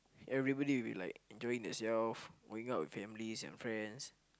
everybody will be like enjoying themselves going out with families and friends